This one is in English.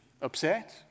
Upset